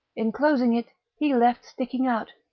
in closing it he left sticking out,